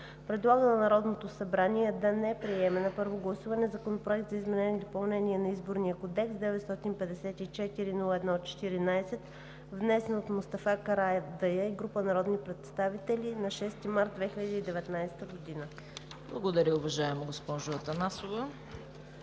предлага на Народното събрание да не приеме на първо гласуване Законопроект за изменение и допълнение на Изборния кодекс, № 954-01-14, внесен от Мустафа Карадайъ и група народни представители на 6 март 2019 г.“ ПРЕДСЕДАТЕЛ ЦВЕТА КАРАЯНЧЕВА: Благодаря, уважаема госпожо Атанасова.